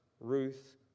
Ruth